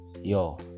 yo